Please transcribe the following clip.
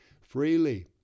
freely